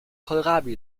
kohlrabi